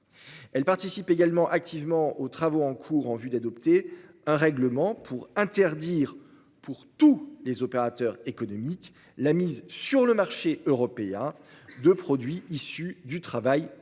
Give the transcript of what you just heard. Elle participe également activement aux travaux menés en vue d'adopter un règlement pour interdire à tous les opérateurs économiques la mise sur le marché européen de produits issus du travail forcé,